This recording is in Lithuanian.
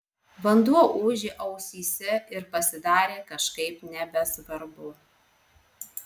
vanduo ūžė ausyse ir pasidarė kažkaip nebesvarbu